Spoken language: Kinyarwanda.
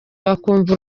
bakumva